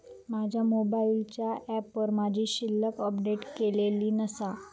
माझ्या मोबाईलच्या ऍपवर माझी शिल्लक अपडेट केलेली नसा